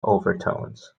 overtones